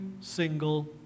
single